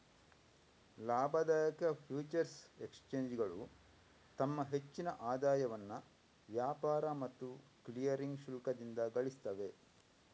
ಲಾಭದಾಯಕ ಫ್ಯೂಚರ್ಸ್ ಎಕ್ಸ್ಚೇಂಜುಗಳು ತಮ್ಮ ಹೆಚ್ಚಿನ ಆದಾಯವನ್ನ ವ್ಯಾಪಾರ ಮತ್ತು ಕ್ಲಿಯರಿಂಗ್ ಶುಲ್ಕದಿಂದ ಗಳಿಸ್ತವೆ